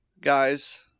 guys